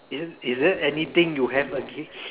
is is there anything you have against